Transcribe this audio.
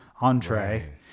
entree